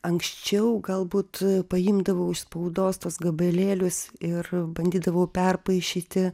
anksčiau galbūt paimdavau iš spaudos tuos gabalėlius ir bandydavau perpaišyti